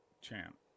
champ